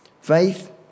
Faith